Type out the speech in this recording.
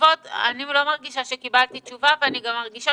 אני לא מרגישה שקיבלתי תשובה, ואני גם מרגישה